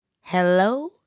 Hello